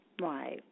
Right